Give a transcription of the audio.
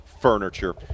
Furniture